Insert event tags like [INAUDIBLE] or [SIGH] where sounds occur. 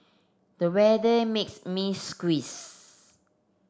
the weather makes me [UNINTELLIGIBLE]